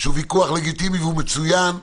שהוא ויכוח לגיטימי והוא מצוין,